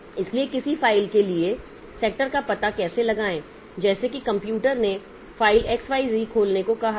इसलिए किसी फ़ाइल के लिए सेक्टर का पता कैसे लगाएं जैसे कि कंप्यूटर ने फ़ाइल x y z को खोलने के लिए कहा है